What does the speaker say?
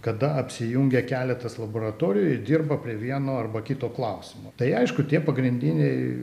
kada apsijungia keletas laboratorijų ir dirba prie vieno arba kito klausimo tai aišku tie pagrindiniai